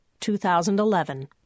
2011